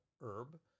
herb